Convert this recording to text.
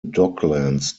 docklands